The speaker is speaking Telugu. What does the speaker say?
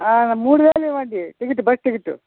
మూడువేలు ఇవ్వండి టికెట్ బస్సు టికెట్